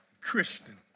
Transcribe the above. Christian